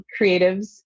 creatives